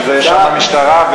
שם המשטרה,